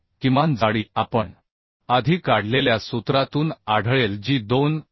तर किमान जाडी आपण आधी काढलेल्या सूत्रातून आढळेल जी 2